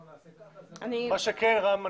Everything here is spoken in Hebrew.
לא נעשה ככה --- מה שכן רם,